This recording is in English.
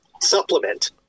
Supplement